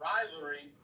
Rivalry